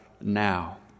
now